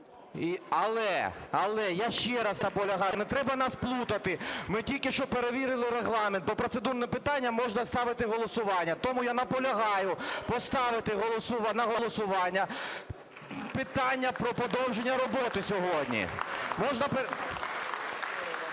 але я ще раз наполягаю… Не треба нас плутати, ми тільки що перевірили Регламент: по процедурним питанням можна ставити голосування. Тому я наполягаю поставити на голосування питання про продовження роботи сьогодні.